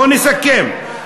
בוא נסכם.